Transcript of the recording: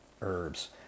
herbs